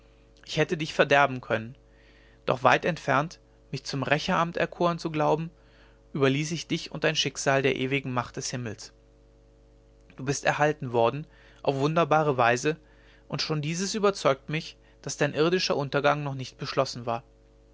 ich hätte dich verderben können doch weit entfernt mich zum rächeramt erkoren zu glauben überließ ich dich und dein schicksal der ewigen macht des himmels du bist erhalten worden auf wunderbare weise und schon dieses überzeugt mich daß dein irdischer untergang noch nicht beschlossen war